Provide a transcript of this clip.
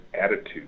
attitude